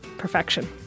perfection